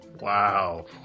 Wow